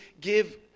give